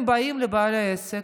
הם באים לבעל העסק,